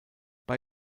bei